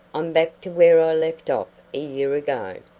i'm back to where i left off a year ago.